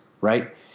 right